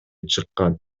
чыккан